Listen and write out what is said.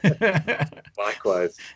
Likewise